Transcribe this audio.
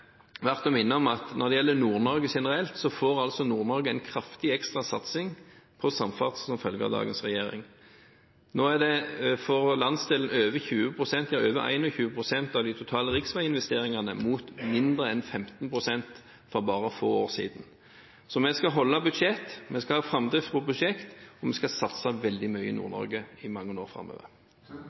gjelder Nord-Norge generelt, får Nord-Norge en kraftig ekstrasatsing på samferdsel med dagens regjering. Nå får landsdelen over 21 pst. av de totale riksveiinvesteringene, mot mindre enn 15 pst. for bare få år siden. Vi skal holde budsjettet, vi skal ha framdrift på prosjekter, og vi skal satse veldig mye i Nord-Norge i mange år framover.